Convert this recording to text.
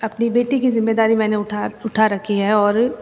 अपनी बेटी की ज़िम्मेदारी मैंने उठा उठा राखी है और